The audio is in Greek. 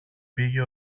πήγε